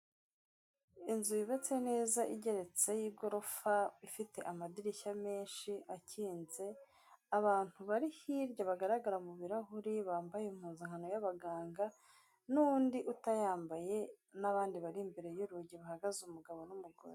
Inzu yubatse neza igeretse y'igorofa, ifite amadirishya menshi akinze, abantu bari hirya bagaragara mu birarahuri bambaye impuzankano y'abaganga n'undi utayambaye n'abandi bari imbere y'urugi bahagaze umugabo n'umugore.